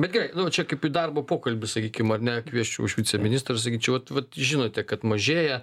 bet gerai čia kaip į darbo pokalbį sakykim ar ne kviesčiau aš viceministrą ir sakyčiau vat vat žinote kad mažėja